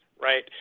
right